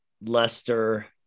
Leicester